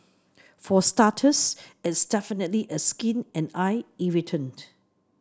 for starters it's definitely a skin and eye irritant